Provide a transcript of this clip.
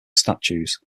statues